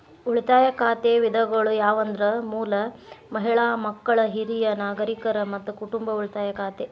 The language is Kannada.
ಉಳಿತಾಯ ಖಾತೆ ವಿಧಗಳು ಯಾವಂದ್ರ ಮೂಲ, ಮಹಿಳಾ, ಮಕ್ಕಳ, ಹಿರಿಯ ನಾಗರಿಕರ, ಮತ್ತ ಕುಟುಂಬ ಉಳಿತಾಯ ಖಾತೆ